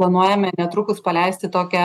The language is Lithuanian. planuojame netrukus paleisti tokią